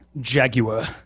Jaguar